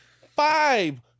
five